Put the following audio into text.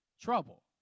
trouble